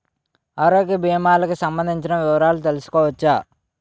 ఆరోగ్య భీమాలకి సంబందించిన వివరాలు తెలుసుకోవచ్చా?